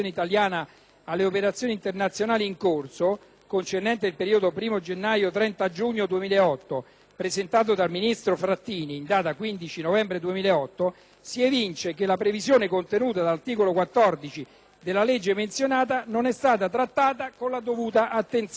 alle operazioni internazionali in corso», concernente il periodo dal 1° gennaio al 30 giugno 2008, presentato dal ministro Frattini in data 15 novembre 2008, si evince che la previsione contenuta nell'articolo 14 della legge menzionata non è stata trattata con la dovuta attenzione.